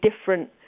different